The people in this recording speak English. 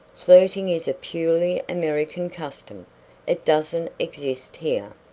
flirting is a purely american custom it doesn't exist here.